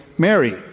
mary